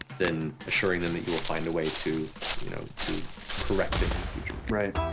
then assuring them that you will find a way to you know to correct it in the future. right.